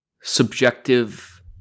subjective –